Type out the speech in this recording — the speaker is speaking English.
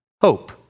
Hope